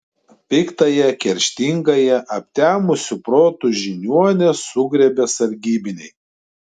piktąją kerštingąją aptemusiu protu žiniuonę sugriebė sargybiniai